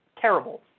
terrible